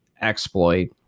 exploit